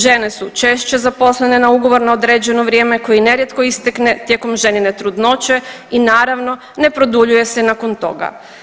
Žene su češće zaposlene na ugovor na određeno vrijeme koji nerijetko istekne tijekom ženine trudnoće i naravno ne produljuje se nakon toga.